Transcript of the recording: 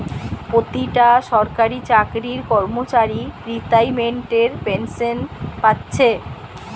পোতিটা সরকারি চাকরির কর্মচারী রিতাইমেন্টের পেনশেন পাচ্ছে